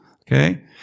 Okay